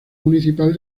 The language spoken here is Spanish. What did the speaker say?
municipal